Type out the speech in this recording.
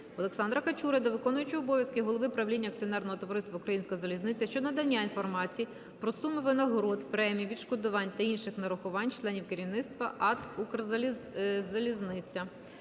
Олександра Качури до виконуючого обов'язки голови правління Акціонерного товариства "Українська залізниця" щодо надання інформації про суми винагород, премій, відшкодувань та інших нарахувань членів керівництва АТ "Укрзалізниця".